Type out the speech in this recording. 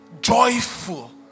joyful